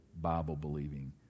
Bible-believing